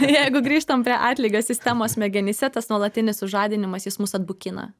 jeigu grįžtam prie atlygio sistemos smegenyse tas nuolatinis sužadinimas jis mus atbukina